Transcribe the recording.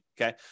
Okay